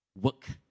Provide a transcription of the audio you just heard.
work